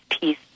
peace